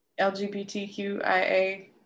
lgbtqia